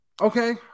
Okay